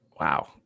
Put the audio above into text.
Wow